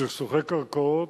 סכסוכי קרקעות